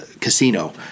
Casino